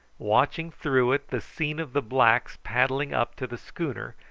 watching through it the scene of the blacks paddling up to the schooner,